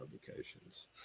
publications